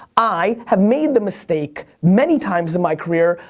i have made the mistake, many times in my career,